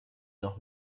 noch